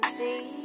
see